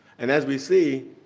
and as we see,